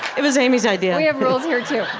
it was amy's idea we have rules here too.